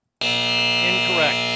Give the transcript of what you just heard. incorrect